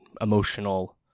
emotional